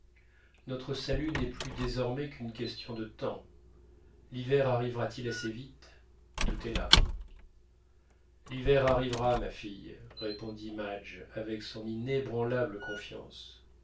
notre salut n'est plus désormais qu'une question de temps l'hiver arrivera-t-il assez vite tout est là l'hiver arrivera ma fille répondit madge avec son inébranlable confiance